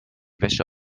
wäsche